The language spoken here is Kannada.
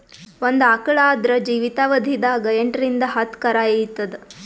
ಒಂದ್ ಆಕಳ್ ಆದ್ರ ಜೀವಿತಾವಧಿ ದಾಗ್ ಎಂಟರಿಂದ್ ಹತ್ತ್ ಕರಾ ಈತದ್